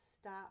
stop